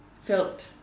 felt